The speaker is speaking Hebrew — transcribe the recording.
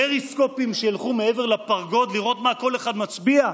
פריסקופים שילכו מעבר לפרגוד לראות מה כל אחד מצביע?